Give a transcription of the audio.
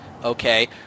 okay